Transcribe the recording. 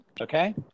Okay